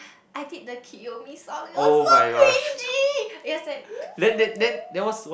I did the kiyomi song it was so cringey it was like